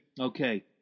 Okay